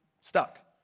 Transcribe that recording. stuck